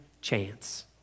chance